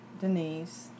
Denise